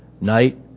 night